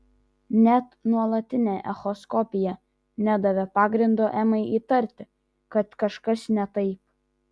net nuolatinė echoskopija nedavė pagrindo emai įtarti kad kažkas ne taip